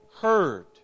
heard